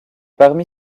parmi